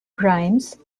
grimes